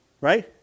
Right